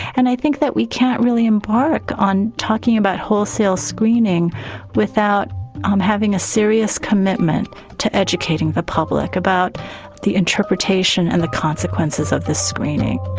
and i think that we can't really impart on talking about wholesale screening without um having a serious commitment to educating the public about the interpretation and the consequences of this screening.